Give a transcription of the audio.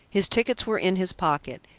his tickets were in his pocket,